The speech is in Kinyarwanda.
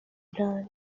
iran